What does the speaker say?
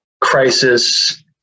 crisis